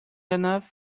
enough